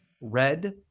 Red